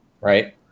right